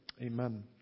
Amen